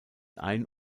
ein